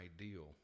ideal